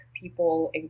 people